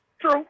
True